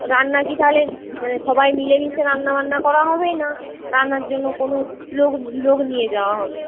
রান্না কি তাহলে সবাই মিলেমিশে রান্নাবান্না করা হবে না রান্নার জন্য কোনো লোক লোক নিয়ে যাওয়া হবে